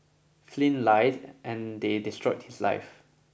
Flynn lied and they destroyed his life